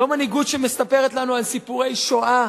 לא מנהיגות שמספרת לנו על סיפורי שואה,